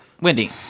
Wendy